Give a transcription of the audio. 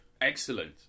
Excellent